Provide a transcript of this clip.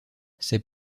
ces